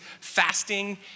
fasting